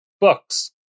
books